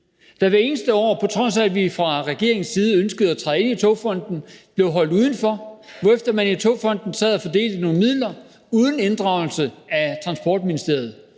og hvert eneste år blev vi, på trods af at vi fra regeringens side ønskede at træde ind i Togfonden DK, holdt udenfor, hvorefter man i Togfonden DK sad og fordelte nogle midler uden inddragelse af Transportministeriet.